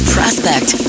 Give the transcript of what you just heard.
Prospect